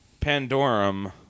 Pandorum